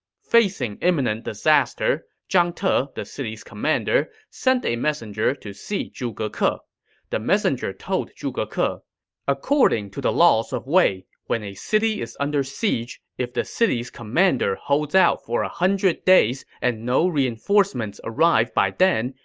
facing and disaster, zhang te, the city's commander, sent a messenger to see zhuge ke. ah the messenger told zhuge ke, ah according to the laws of wei, when a city is under siege, if the city's commander holds out for one ah hundred days and no reinforcements arrive by then,